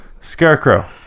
Scarecrow